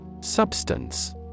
Substance